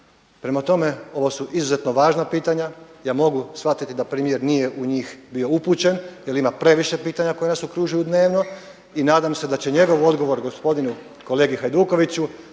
Prema tome, ovo su izuzetno važna pitanja, ja mogu shvatiti da premijer nije u njih bio upućen jer ima previše pitanja koja nas okružuju dnevno i nadam se da će njegov odgovor gospodinu kolegi Hajdukoviću